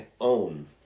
own